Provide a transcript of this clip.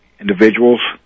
individuals